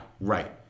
right